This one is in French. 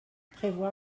prévoit